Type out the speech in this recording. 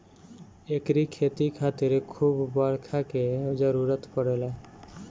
एकरी खेती खातिर खूब बरखा के जरुरत पड़ेला